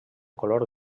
color